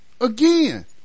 again